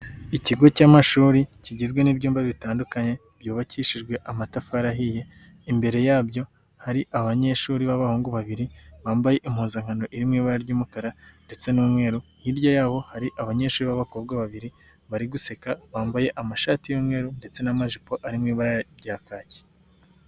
Ikigo cy'amashuri kigizwe n'ibyumba bitandukanye byubakishijwe amatafari ahiye. Imbere yabyo hari abanyeshuri b'abahungu babiri bambaye impuzankano iri mu ibara ry'umukara ndetse n'umweru. Hirya yabo hari abanyeshuri b'abakobwa babiri bari guseka bambaye amashati y'umweru ndetse n'amajipo arimo ibara rya kaki.